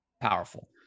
powerful